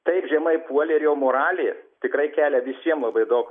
taip žemai puolė ir jo moralė tikrai kelia visiem labai daug